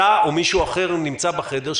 אתה או מישהו אחר נמצא בחדר,